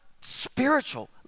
spiritual